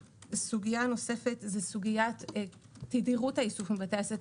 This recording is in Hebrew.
סוגיה נוספת היא תדירות האיסוף מבתי העסק.